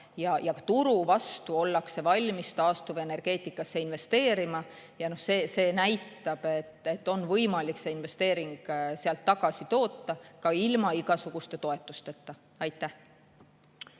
ja turu vastu ollakse valmis taastuvenergeetikasse investeerima. See näitab, et on võimalik see investeering sealt tagasi toota ka ilma igasuguste toetusteta.